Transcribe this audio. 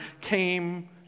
came